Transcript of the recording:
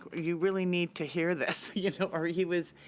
you really need to hear this you know or he was,